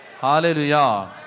Hallelujah